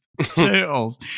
turtles